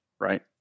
right